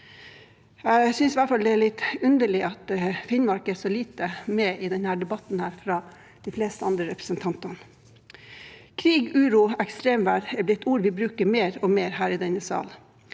Jeg synes det er litt underlig at Finnmark er så lite med i denne debatten, fra de fleste andre representantene. Krig, uro og ekstremvær er blitt ord vi bruker mer og mer i denne sal.